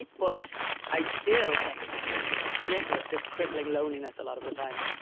but i still get like just these cripple, this crippling loneliness a lot of the time.